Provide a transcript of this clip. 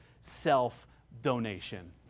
self-donation